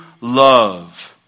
love